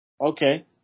Okay